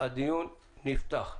הדיון נפתח.